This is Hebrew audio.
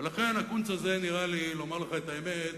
ולכן, הקונץ הזה נראה לי, לומר לך את האמת,